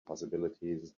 possibilities